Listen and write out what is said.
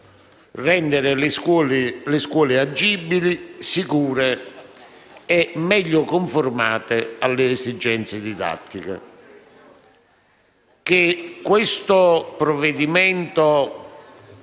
rendere le scuole agibili, sicure e meglio conformate alle esigenze didattiche.